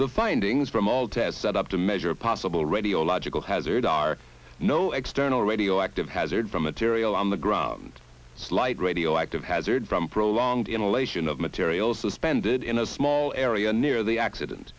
the findings from all tests set up to measure a possible radiological hazard are no external radioactive hazard from material on the ground slight radioactive hazard from prolonged inhalation of materials suspended in a small area near the accident